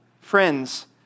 friends